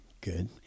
good